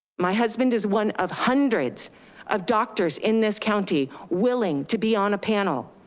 my husband is one of hundreds of doctors in this county willing to be on a panel.